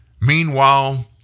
Meanwhile